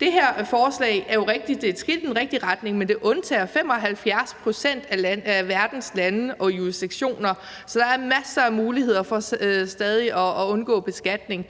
Det her forslag er jo – det er rigtigt – et skridt i den rigtige retning, men det undtager 75 pct. af verdens lande og jurisdiktioner. Så der er masser af muligheder for stadig at undgå beskatning.